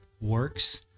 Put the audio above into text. works